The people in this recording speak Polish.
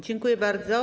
Dziękuję bardzo.